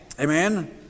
Amen